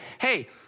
hey